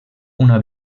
una